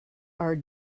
are